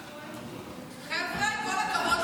אינו נוכח,